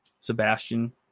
Sebastian